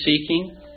seeking